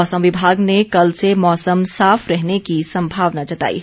मौसम विभाग ने कल से मौसम साफ रहने की संभावना जताई है